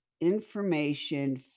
information